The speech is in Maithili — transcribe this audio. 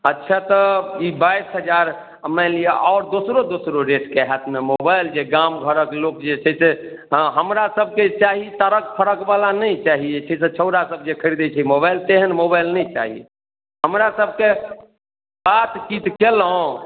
अच्छा तऽ ई बाइस हजार मानि लिअऽ आओर दोसरो दोसरो रेटके हैत ने मोबाइल जे गामघरके लोक जे छै से हमरा सभकेँ चाही तड़क फड़कवला नहि चाही जे छै से छौँड़ासभ जे खरिदै छै मोबाइल तेहन मोबाइल नहि चाही हमरा सभकेँ बातचीत कएलहुँ